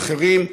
עם אחרים,